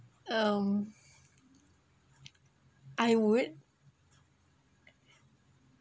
um I would